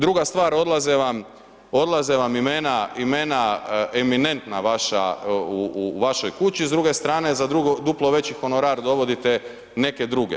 Druga stvar, odlaze vam imena eminentna vaša, u vašoj kući, s druge strane, za duplo veći honorar dovodite neke druge.